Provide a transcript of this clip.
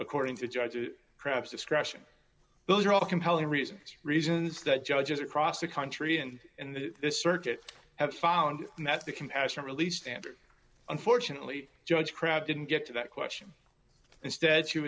according to judge craps discretion those are all compelling reasons reasons that judges across the country and in this circuit have found that the compassionate release standard unfortunately judge crabb didn't get to that question instead